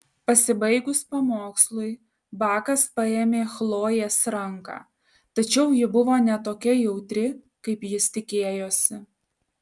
pasibaigus pamokslui bakas paėmė chlojės ranką tačiau ji buvo ne tokia jautri kaip jis tikėjosi